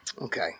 Okay